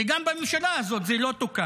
וגם בממשלה הזאת זה לא תוקן.